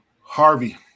Harvey